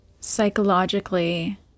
psychologically